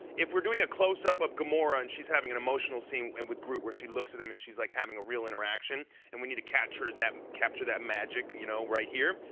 if we're doing a close up of gamora and she's having an emotional scene and with groot where she looks and she's like having a real interaction, and we need to capture that capture that magic you know right here?